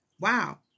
Wow